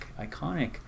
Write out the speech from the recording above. iconic